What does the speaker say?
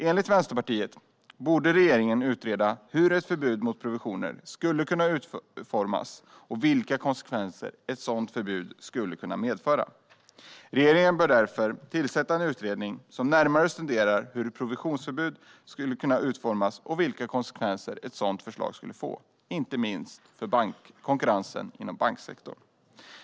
Enligt Vänsterpartiet borde regeringen utreda hur ett förbud mot provisioner skulle kunna utformas och vilka konsekvenser ett sådant förbud skulle kunna medföra. Regeringen bör därför tillsätta en utredning som närmare studerar hur ett provisionsförbud skulle kunna utformas och vilka konsekvenser ett sådant förslag skulle få, inte minst för konkurrensen inom banksektorn.